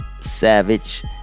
Savage